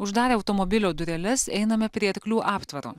uždarę automobilio dureles einame prie arklių aptvaro